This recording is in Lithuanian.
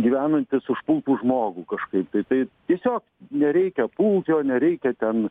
gyvenantis užpultų žmogų kažkaip tai tai tiesiog nereikia pult jo nereikia ten